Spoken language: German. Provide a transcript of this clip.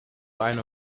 eine